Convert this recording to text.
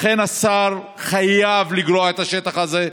לכן השר חייב לגרוע את השטח הזה,